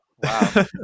Wow